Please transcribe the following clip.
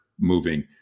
moving